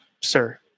Sir